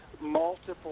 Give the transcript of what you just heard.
multiple